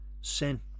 sin